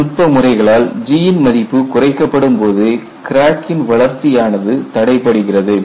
சில நுட்ப முறைகளால் G ன் மதிப்பு குறைக்கப்படும் போது கிராக்கின் வளர்ச்சி ஆனது தடைபடுகிறது